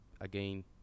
again